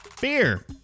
Beer